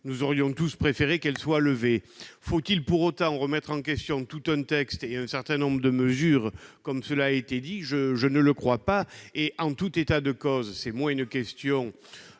nous aurions tous préféré que certaines incertitudes soient levées. Faut-il pour autant remettre en question tout un texte et un certain nombre de mesures, comme cela a été dit ? Je ne le crois pas. En tout état de cause, c'est moins une question